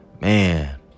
Man